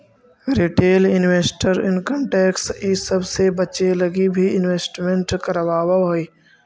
retail investor income tax इ सब से बचे लगी भी इन्वेस्टमेंट करवावऽ हई